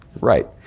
right